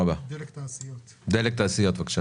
דלק תעשיות, בבקשה